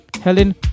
Helen